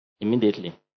Immediately